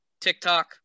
TikTok